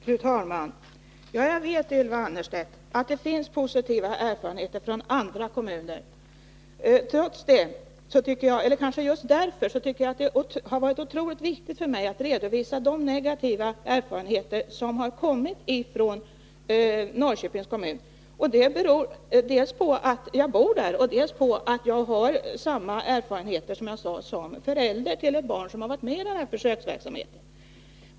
Fru talman! Jag vet, Ylva Annerstedt, att det finns positiva erfarenheter från andra kommuner. Just därför tycker jag att det har varit otroligt viktigt för mig att redovisa de negativa erfarenheter som kommit från Norrköpings kommun. Det beror dels på att jag bor där, dels på att jag har samma erfarenheter som en förälder till ett barn som varit med i denna försöksverksamhet.